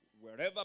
Wherever